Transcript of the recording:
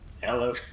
Hello